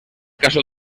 casó